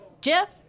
Jeff